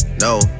no